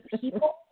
people